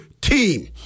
team